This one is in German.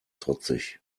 trotzig